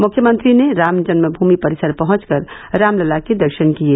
मुख्यमंत्री ने रामजन्ममुमि परिसर पहंचकर रामलला के दर्शन किये